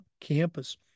Campus